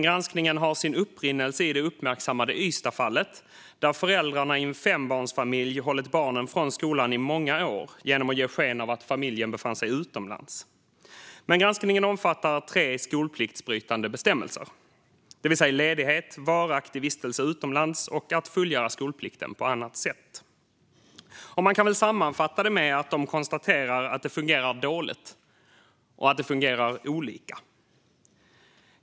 Granskningen har sin upprinnelse i det uppmärksammade Ystadsfallet, där föräldrarna i en fembarnsfamilj hållit barnen från skolan i många år genom att ge sken av att familjen befann sig utomlands. Granskningen omfattar dock tre skolpliktsbrytande bestämmelser, nämligen ledighet, varaktig vistelse utomlands och fullgörande av skolplikten på annat sätt. Man kan väl sammanfatta granskningen med att Riksrevisionen konstaterar att det fungerar dåligt och att det fungerar olika.